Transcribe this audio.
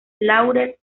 laurel